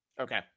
Okay